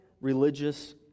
religious